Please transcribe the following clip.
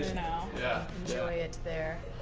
yeah, enjoy it there.